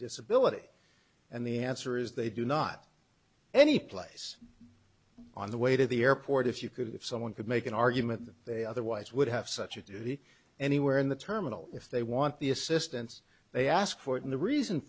disability and the answer is they do not any place on the way to the airport if you could if someone could make an argument that they otherwise would have such a duty anywhere in the terminal if they want the assistance they ask for it and the reason